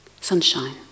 sunshine